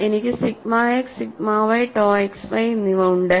എനിക്ക് sigma x sigma y to x y എന്നിവ ഉണ്ട്